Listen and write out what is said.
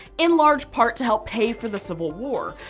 in large part to help pay for the civil war.